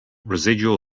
residual